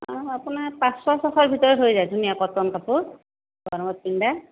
অঁ আপোনাৰ পাঁচশ ছশৰ ভিতৰতে হৈ যায় ধুনীয়া কটন কাপোৰ গৰমত পিন্ধা